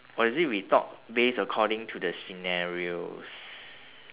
or is it we talk based according to the scenarios